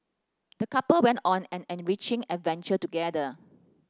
the couple went on an enriching adventure together